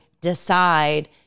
decide